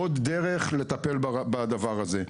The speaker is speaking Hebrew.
זו עוד דרך לטפל בדבר הזה.